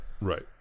right